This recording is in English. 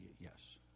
yes